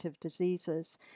diseases